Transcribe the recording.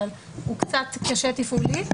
אבל הוא קצת קשה תפעולית,